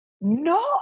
No